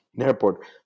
Airport